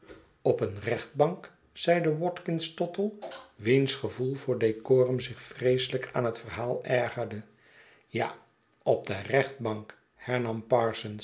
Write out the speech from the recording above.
op een rechtbank zeide watkins tottle wiens gevoel voor decorum zich vreeselijk aan het verhaal ergerde ja op de rechtbank